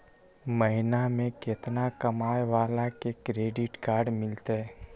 महीना में केतना कमाय वाला के क्रेडिट कार्ड मिलतै?